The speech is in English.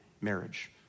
marriage